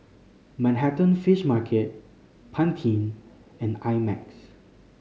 Manhattan Fish Market Pantene and I Max